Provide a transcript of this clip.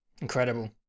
incredible